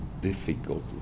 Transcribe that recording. difficult